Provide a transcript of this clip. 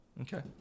Okay